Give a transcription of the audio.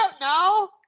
No